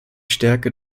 stärke